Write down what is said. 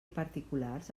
particulars